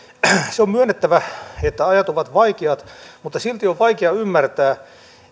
se on myönnettävä että ajat ovat vaikeat mutta silti on vaikea ymmärtää